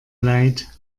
leid